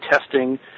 testing